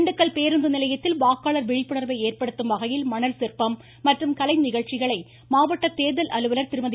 திண்டுக்கல் பேருந்து நிலையத்தில் வாக்காளர் விழிப்புணர்வை ஏற்படுத்தும் வகையில் மணல் சிற்பம் மற்றும் கலைநிகழ்ச்சிகளை மாவட்ட தேர்தல் அலுவலர் திருமதி